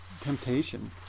temptation